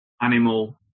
animal